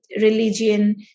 religion